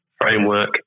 framework